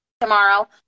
tomorrow